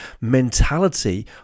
mentality